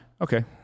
okay